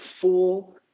full